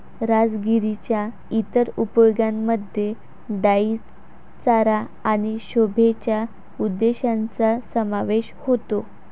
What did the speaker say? राजगिराच्या इतर उपयोगांमध्ये डाई चारा आणि शोभेच्या उद्देशांचा समावेश होतो